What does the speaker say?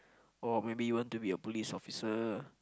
or maybe you want to be a police officer